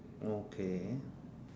okay